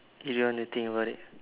do you want to think about it